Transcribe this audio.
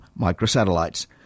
microsatellites